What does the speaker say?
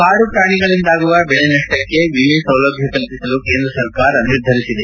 ಕಾಡುಪ್ರಾಣಿಗಳಿಂದಾಗುವ ಬೆಳೆ ನಷ್ಟಕ್ಕೆ ವಿಮೆ ಸೌಲಭ್ಯ ಕಲ್ಪಿಸಲು ಕೇಂದ್ರ ಸರ್ಕಾರ ನಿರ್ಧರಿಸಿದೆ